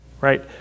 Right